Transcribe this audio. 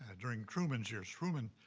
ah during truman's years. truman,